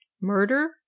Murder